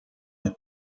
mit